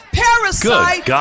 parasite